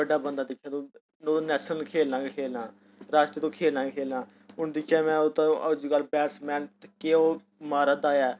बड्डा बंदा दिक्ख तू तू नेश्नल खेलना गै खेलना राश्ट्री तू खेलना गै खेलना हून दिक्खेआ में ओह् ते अजकल बैट्समैन केह् ओह् मारा दा ऐ